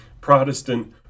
Protestant